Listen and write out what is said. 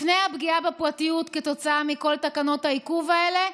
לפני הפגיעה בפרטיות כתוצאה מכל תקנות העיקוב האלה,